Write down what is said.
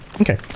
Okay